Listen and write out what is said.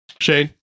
Shane